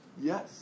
Yes